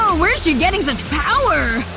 ah where is she getting such power?